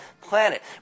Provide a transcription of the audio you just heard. planet